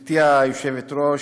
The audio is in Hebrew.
גברתי היושבת-ראש,